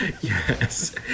Yes